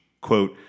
quote